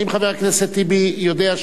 האם חבר הכנסת טיבי יודע,